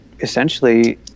essentially